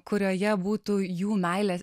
kurioje būtų jų meilės